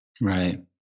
right